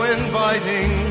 inviting